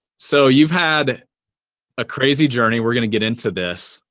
so you've had a crazy journey we're going to get into this.